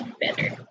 better